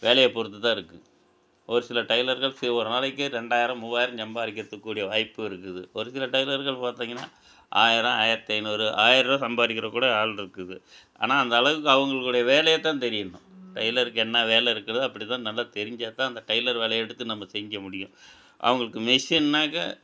வேலையை பொறுத்துதான் இருக்கும் ஒரு சில டெய்லர்கள் செ ஒரு நாளைக்கு ரெண்டாயிரம் மூவாயிரம் சம்பாதிக்கிறதுக்கூடிய வாய்ப்பு இருக்குது ஒரு சில டெய்லர்கள் பார்த்திங்கன்னா ஆயிரம் ஆயிரத்து ஐந்நூறு ஆயிர்ரூவா சம்பாதிக்கிற கூட ஆள் இருக்குது ஆனால் அந்த அளவுக்கு அவங்களுடைய வேலையை தான் தெரியணும் டெய்லருக்கு என்ன வேலை இருக்குறதோ அப்டி தான் நல்லா தெரிஞ்சால் தான் அந்த டெய்லர் வேலையை எடுத்து நம்ம செஞ்ச முடியும் அவங்களுக்கு மிஷின்னாக்க